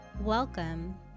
Welcome